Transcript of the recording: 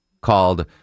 called